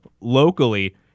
locally